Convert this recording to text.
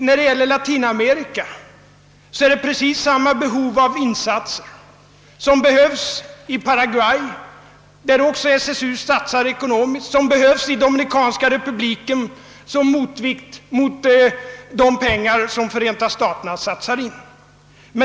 När det gäller Latinamerika finns precis samma behov av insatser i Paraguay, där SSU också satsar ekonomiskt, och i Dominikanska republiken som motvikt mot de pengar som Förenta staterna pumpar in.